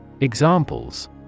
Examples